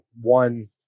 one